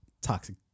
toxic